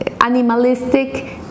animalistic